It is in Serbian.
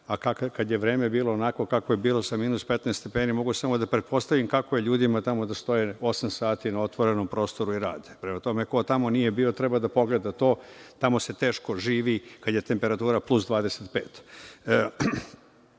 a kad je vreme bilo onakvo kakvo je bilo, sa -15S, mogu samo da pretpostavim kako je ljudima tamo da stoje osam sati na otvorenom prostoru i rade. Prema tome, ko tamo nije bio treba da pogleda to. Tamo se teško živi kada je temperatura